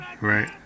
Right